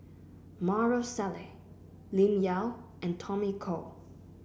Maarof Salleh Lim Yau and Tommy Koh